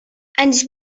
ens